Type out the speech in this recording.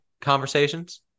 conversations